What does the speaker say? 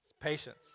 Patience